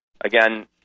again